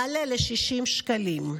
יעלה ל-60 שקלים.